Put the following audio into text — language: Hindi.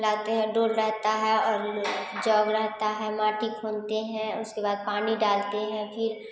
लाते हैं डोल रहता है और जग रहता है माटी खोदते हैं उसके बाद पानी डालते हैं फिर